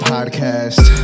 Podcast